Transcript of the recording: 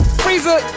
freezer